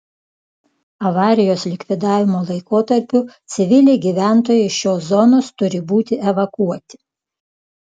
avarijos likvidavimo laikotarpiu civiliai gyventojai iš šios zonos turi būti evakuoti